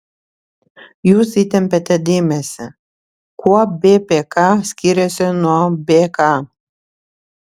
jūs įtempiate dėmesį kuo bpk skiriasi nuo bk